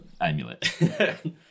amulet